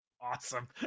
Awesome